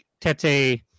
tete